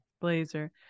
blazer